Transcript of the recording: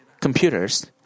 computers